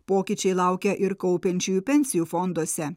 pokyčiai laukia ir kaupiančiųjų pensijų fonduose